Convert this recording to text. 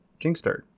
Kingstart